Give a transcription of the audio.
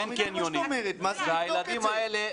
אנחנו לא מוציאים את הילדים